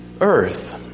earth